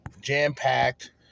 jam-packed